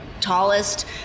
tallest